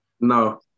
No